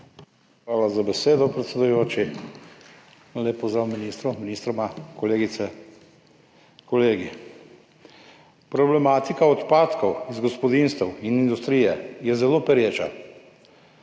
Hvala za besedo, predsedujoči. Lep pozdrav ministroma, kolegice in kolegi! Problematika odpadkov iz gospodinjstev in industrije je zelo pereča.